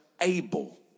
able